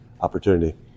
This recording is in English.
opportunity